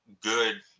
good